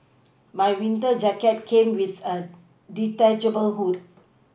my winter jacket came with a detachable hood